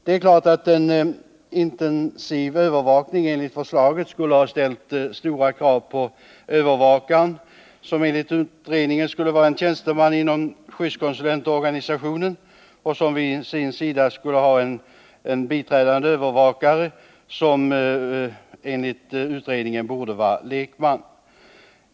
Det är klart att en intensiv övervakning enligt förslaget skulle ha ställt stora krav på övervakaren, som enligt utredningen skulle vara en tjänsteman inom skyddskonsulentorganisationen och som vid sin sida skulle ha en biträdande övervakare som enligt utredningen borde vara lekman.